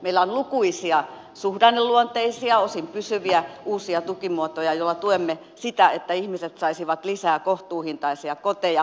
meillä on lukuisia suhdanneluonteisia osin pysyviä uusia tukimuotoja joilla tuemme sitä että ihmiset saisivat lisää kohtuuhintaisia koteja